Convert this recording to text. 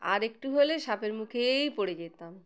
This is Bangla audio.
আর একটু হলে সাপের মুখেই পড়ে যেতাম